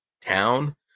town